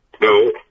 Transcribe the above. no